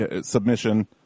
submission